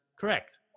correct